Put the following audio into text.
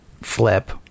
flip